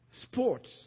Sports